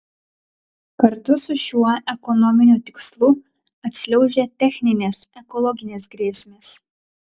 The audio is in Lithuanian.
kartu su šiuo ekonominiu tikslu atšliaužia techninės ekologinės grėsmės